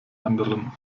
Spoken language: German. anderen